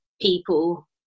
people